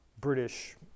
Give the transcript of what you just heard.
British